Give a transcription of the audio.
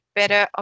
better